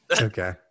Okay